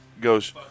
goes